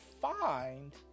find